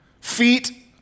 feet